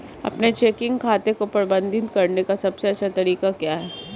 अपने चेकिंग खाते को प्रबंधित करने का सबसे अच्छा तरीका क्या है?